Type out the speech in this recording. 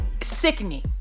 sickening